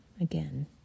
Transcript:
again